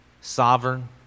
sovereign